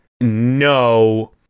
no